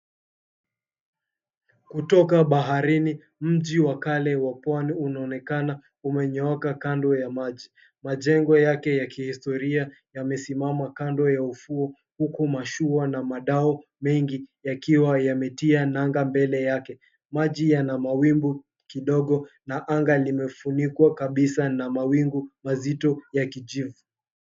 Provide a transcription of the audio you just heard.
Kutoka baharini mji wa kale wa Pwani unaonekana umenyooka kando ya maji. Majengo yake ya kihistoria yamesimama kando ya ufuo, huku mashua na madau mengi yakiwa yametia nanga mbele yake. Maji yana mawimbi kidogo na anga limefunikwa kabisa na mawingu mazito ya kijivu.